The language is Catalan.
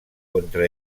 contra